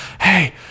hey